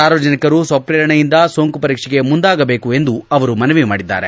ಸಾರ್ವಜನಿಕರು ಸ್ವಶ್ರೇರಣೆಯಿಂದ ಸೋಂಕು ಪರೀಕ್ಷೆಗೆ ಮುಂದಾಗಬೇಕು ಎಂದು ಅವರು ಮನವಿ ಮಾಡಿದ್ದಾರೆ